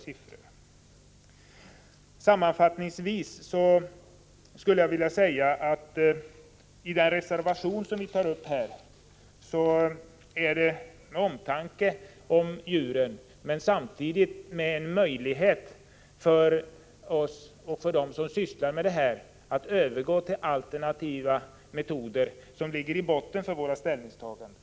Sammanfattningsvis: Det är omtanken om djur men också viljan att ge dem som sysslar med djurförsök en möjlighet att övergå till alternativa metoder som ligger till grund för vårt ställningstagande i reservation 1.